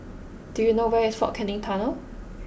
do you know where is Fort Canning Tunnel